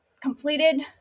completed